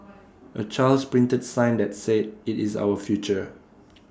A child's printed sign that said IT is our future